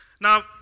Now